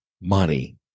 money